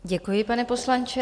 Děkuji, pane poslanče.